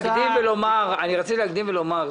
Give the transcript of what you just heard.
רציתי להקדים ולומר,